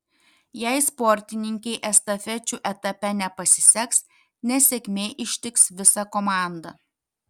jei sportininkei estafečių etape nepasiseks nesėkmė ištiks visą komandą